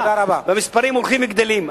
והמספרים הולכים וגדלים.